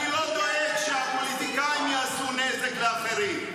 אני לא דואג שהפוליטיקאים יעשו נזק לאחרים.